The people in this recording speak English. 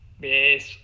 Yes